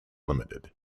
limited